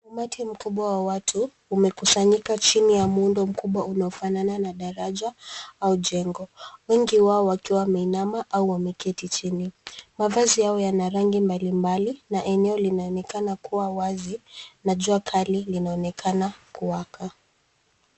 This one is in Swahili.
Umati mkubwa wa watu ,umekusanyika chini ya muundo mkubwa unaofanana na daraja au jengo. Wengi wao wakiwa wameinama au wameketi chini. Mavazi yao yana rangi mbalimbali na eneo linaonekana kuwa wazi, na jua kali linaonekana kuwaka.